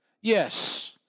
Yes